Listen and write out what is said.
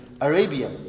Arabia